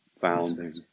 founding